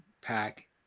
pack